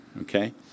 Okay